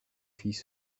filles